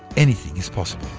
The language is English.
anything is possible